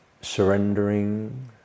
surrendering